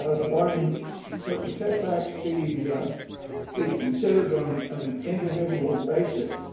ah regarding certain setbacks be be considered on and an individual basis.